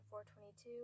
422